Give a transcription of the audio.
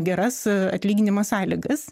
geras atlyginimo sąlygas